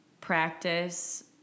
practice